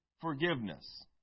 forgiveness